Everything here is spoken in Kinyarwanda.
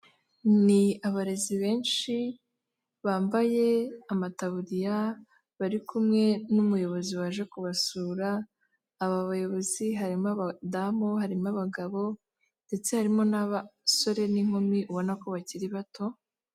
Ni abarezi benshi bambaye amataburiya bari kumwe n'umuyobozi waje kubasura, aba bayobozi harimo abadamu, harimo abagabo ndetse harimo n'abasore n'inkumi ubona ko bakiri bato.